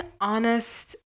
honest